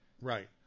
Right